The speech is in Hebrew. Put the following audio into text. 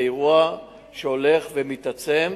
זה אירוע שהולך ומתעצם.